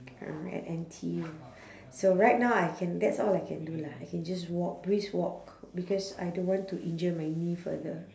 ah at N_T_U so right now I can that's all I can do lah I can just walk brisk walk because I don't want to injure my knee further